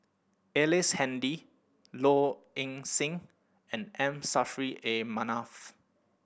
Ellice Handy Low Ing Sing and M Saffri A Manaf